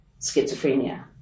schizophrenia